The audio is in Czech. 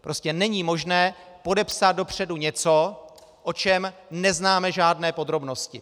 Prostě není možné podepsat dopředu něco, o čem neznáme žádné podrobnosti.